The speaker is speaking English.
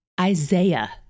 Isaiah